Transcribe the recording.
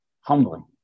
humbling